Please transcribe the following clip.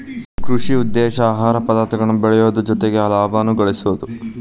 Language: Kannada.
ಕೃಷಿ ಉದ್ದೇಶಾ ಆಹಾರ ಪದಾರ್ಥ ಬೆಳಿಯುದು ಜೊತಿಗೆ ಲಾಭಾನು ಗಳಸುದು